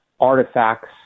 artifacts